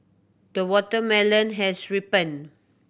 the watermelon has ripened